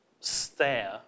stare